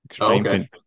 Okay